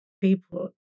people